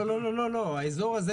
נניח, ממגידו עד איפה?